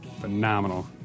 phenomenal